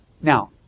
Now